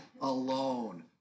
alone